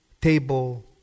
table